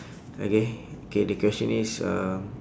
okay K the question is uh